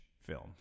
film